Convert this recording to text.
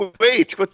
Wait